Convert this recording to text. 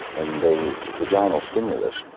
and the vaginal stimulus,